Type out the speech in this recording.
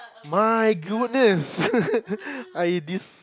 my goodness I this